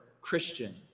Christian